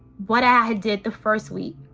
what i had did the first week.